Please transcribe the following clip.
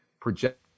project